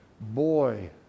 Boy